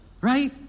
Right